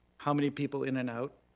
how many people in and out.